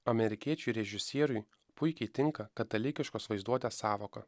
amerikiečiui režisieriui puikiai tinka katalikiškos vaizduotės sąvoka